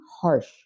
harsh